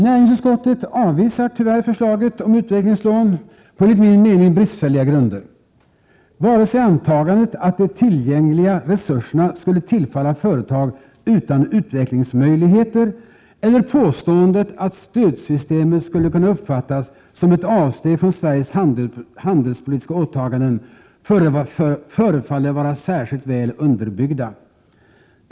Näringsutskottet avvisar tyvärr förslaget om utvecklingslån på enligt min mening bristfälliga grunder. Varken antagandet att de tillgängliga resurserna skulle tillfalla företag utan utvecklingsmöjligheter eller påståendet att stödsystemet skulle kunna uppfattas som ett avsteg från Sveriges handelspolitiska åtaganden förefaller vara särskilt väl underbyggt.